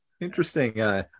Interesting